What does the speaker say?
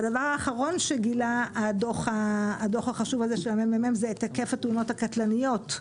הדבר האחרון שגילה הדוח החשוב הזה של הממ"מ זה היקף התאונות הקטלניות.